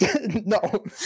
No